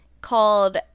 called